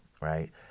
Right